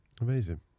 Amazing